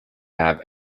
have